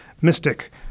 mystic